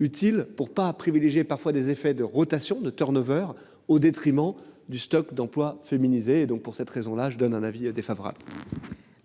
utile pour pas privilégier parfois des effets de rotation de turn-over au détriment du stock d'emplois féminisée donc pour cette raison là, je donne un avis défavorable.